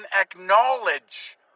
acknowledge